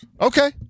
Okay